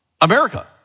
America